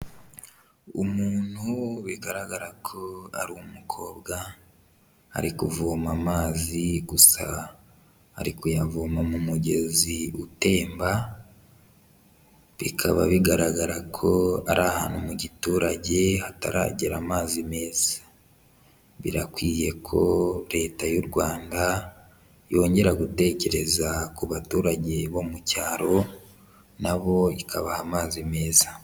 Umuntu bigaragara ko ari umukobwa, ari kuvoma amazi gusa ari kuyavoma mu mugezi utemba bikaba, bigaragara ko ari ahantu mu giturage hataragera amazi meza, birakwiye ko leta y'u Rwanda yongera gutekereza ku baturage bo mu cyaro, na bo ikabaha amazi meza.